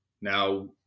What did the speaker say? Now